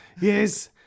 Yes